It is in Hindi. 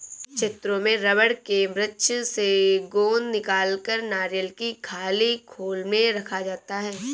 कुछ क्षेत्रों में रबड़ के वृक्ष से गोंद निकालकर नारियल की खाली खोल में रखा जाता है